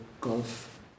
Gulf